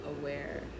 aware